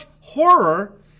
horror